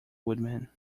woodman